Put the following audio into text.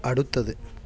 അടുത്തത്